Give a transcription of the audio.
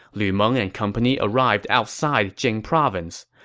lu meng and company arrived outside jing province.